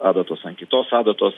adatos ant kitos adatos